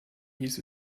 hieß